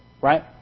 Right